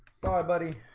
sorry, buddy